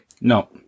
No